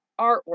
artwork